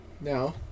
now